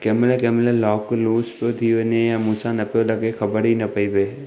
कंहिंमहिल कंहिंमहिल lock loose पियो थी वञे या मूंसां न पियो लॻे ख़बर ई न पई पए